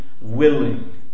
willing